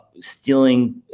stealing